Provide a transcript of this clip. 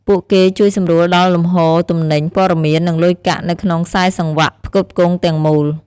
ពួកគេជួយសម្រួលដល់លំហូរទំនិញ ព័ត៌មាន និងលុយកាក់នៅក្នុងខ្សែសង្វាក់ផ្គត់ផ្គង់ទាំងមូល។